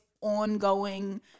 ongoing